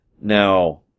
Now